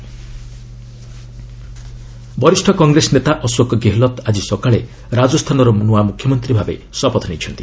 Rajasthan CM ବରିଷ୍ଣ କଂଗ୍ରେସ ନେତା ଅଶୋକ ଗେହଲତ୍ ଆଜି ସକାଳେ ରାଜସ୍ଥାନର ନୂଆ ମୁଖ୍ୟମନ୍ତ୍ରୀ ଭାବେ ଶପଥ ନେଇଛନ୍ତି